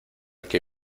que